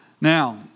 Now